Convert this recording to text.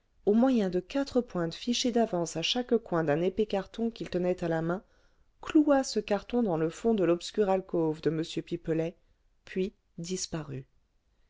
au moyen de quatre pointes fichées d'avance à chaque coin d'un épais carton qu'il tenait à la main cloua ce carton dans le fond de l'obscure alcôve de m pipelet puis disparut